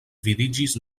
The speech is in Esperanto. vidiĝis